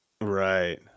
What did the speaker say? right